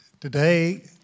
Today